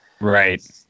Right